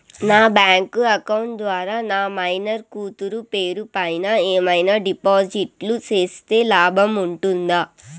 నా bank account ద్వారా నా మైనర్ కూతురు పేరు పైన ఏమన్నా డిపాజిట్లు సేస్తే లాభం ఉంటుందా?